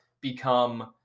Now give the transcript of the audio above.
become